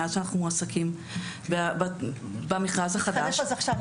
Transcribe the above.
מאז שאנחנו מועסקים במכרז החדש --- התאפס אז עכשיו,